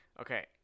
Okay